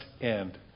end